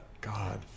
God